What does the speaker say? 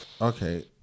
Okay